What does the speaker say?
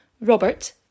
Robert